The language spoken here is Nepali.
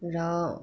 र